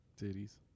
titties